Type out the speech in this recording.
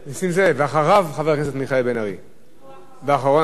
ואחרון הדוברים.